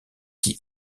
qui